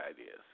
ideas